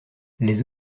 les